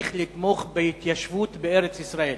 צריך לתמוך בהתיישבות בארץ-ישראל?